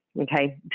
okay